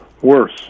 Worse